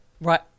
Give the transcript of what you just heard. Right